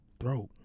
throat